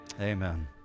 amen